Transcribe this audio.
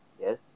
yes